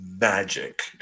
magic